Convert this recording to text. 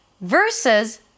versus